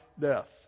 death